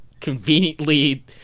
conveniently